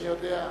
אני יודע.